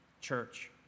Church